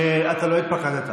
אתה לא התפקדת.